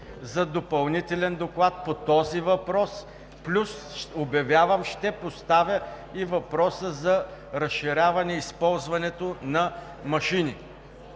за допълнителен доклад по този въпрос, плюс, обявявам, ще поставя и въпроса за разширяване използването на машини.